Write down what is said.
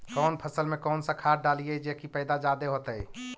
कौन फसल मे कौन सा खाध डलियय जे की पैदा जादे होतय?